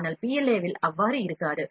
ஆனால் பிஎல்ஏவில் அவ்வாறு இருக்காது